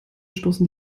stoßen